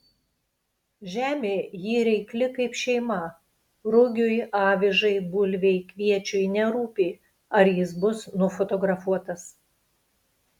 žemė ji reikli kaip šeima rugiui avižai bulvei kviečiui nerūpi ar jis bus nufotografuotas